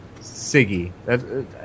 siggy